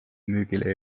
müügile